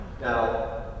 Now